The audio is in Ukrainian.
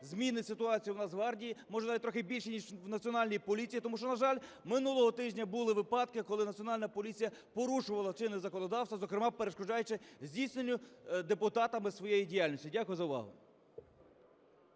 змінить ситуацію в Нацгвардії, може, навіть трохи більше, ніж в Національній поліції. Тому що, на жаль, минулого тижня були випадки, коли Національна поліція порушувала чинне законодавство, зокрема перешкоджаючи здійсненню депутатами своєї діяльності. Дякую за увагу.